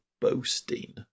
boasting